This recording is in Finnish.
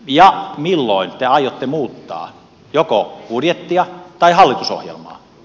ja milloin te aiotte muuttaa joko budjettia tai hallitusohjelmaa